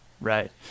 Right